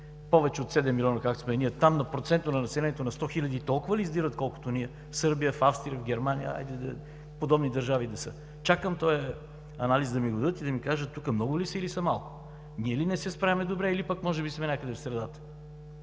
повече от седем милиона, както сме ние, там на процент от населението – на сто хиляди, толкова ли издирват, колкото ние? В Сърбия, в Австрия, в Германия, подобни държави да са? Чакам да ми дадат този анализ и да ми кажат тук много ли са, или са малко, ние ли не се справяме добре, или пък може би сме някъде в средата?!